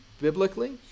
biblically